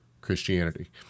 Christianity